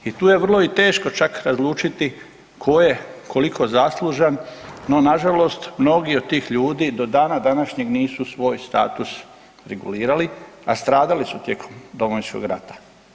I tu je vrlo i teško čak razlučiti tko je koliko zaslužan no nažalost mnogi od tih ljudi do dana današnjeg nisu svoj status regulirali, a stradali su tijekom Domovinskog rata.